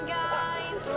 guys